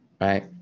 right